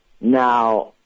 Now